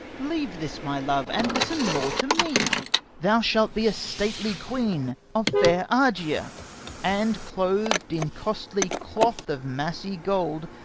leave this, my love, and listen more to me thou shalt be stately queen of fair argier and, cloth'd in costly cloth of massy gold,